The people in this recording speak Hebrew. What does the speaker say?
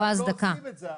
אבל הם לא עושים את זה.